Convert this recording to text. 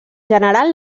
general